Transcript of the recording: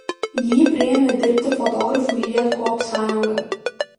jį priėmė dirbti fotografu į lietkoopsąjungą